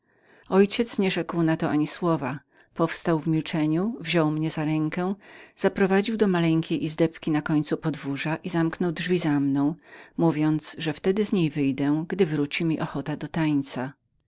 ojciec nie rzekł na to ani słowa powstał w milczeniu wziął mnie za rękę zaprowadził do maleńkiej izdebki na końcu podwórza i zamknął drzwi za mną mówiąc że wtedy z niej wyjdę gdy wróci mi znowu ochota do tańca